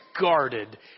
guarded